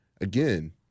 again